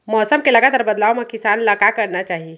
मौसम के लगातार बदलाव मा किसान ला का करना चाही?